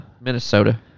Minnesota